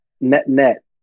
Net-net